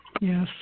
Yes